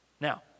now